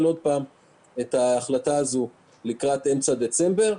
שוב את ההחלטה הזאת לקראת אמצע דצמבר.